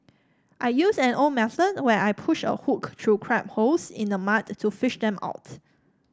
I use an old method where I push a hook through crab holes in the mud to fish them out